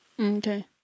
Okay